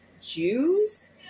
Jews